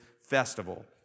festival